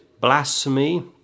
blasphemy